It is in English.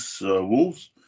Wolves